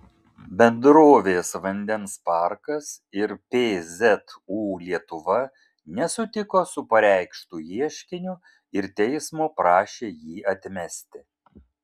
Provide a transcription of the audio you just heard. bendrovės vandens parkas ir pzu lietuva nesutiko su pareikštu ieškiniu ir teismo prašė jį atmesti